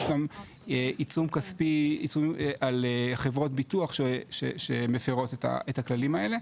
יש גם עיצום כספי על חברות ביטוח שמפרות את הכללים האלה.